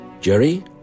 Jerry